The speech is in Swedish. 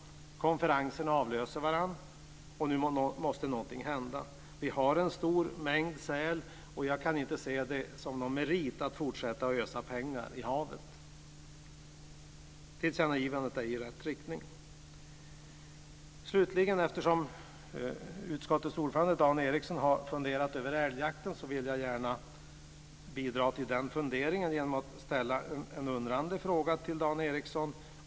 Konferenserna avlöser varandra men nu måste någonting hända. Vi har en stor mängd sälar men jag kan inte se det som en merit att fortsätta med att ösa pengar i havet. Tillkännagivandet går således i rätt riktning. Eftersom utskottets ordförande Dan Ericsson har funderat över älgjakten skulle jag vilja bidra till hans fundering genom att ställa en undrande fråga till Dan Ericsson.